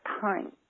time